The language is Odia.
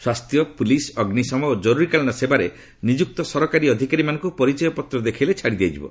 ସ୍ୱାସ୍ଥ୍ୟ ପୁଲିସ ଅଗ୍ନିଶମ ଓ ଜରୁରୀକାଳୀନ ସେବାରେ ନିଯୁକ୍ତ ସରକାରୀ ଅଧିକାରୀମାନଙ୍କୁ ପରିଚୟ ପତ୍ର ଦେଖାଇଲେ ଛାଡି ଦିଆଯିବ